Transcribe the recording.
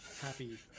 happy